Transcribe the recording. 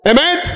Amen